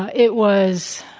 it was